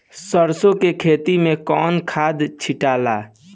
सरसो के खेती मे कौन खाद छिटाला?